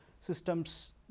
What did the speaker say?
systems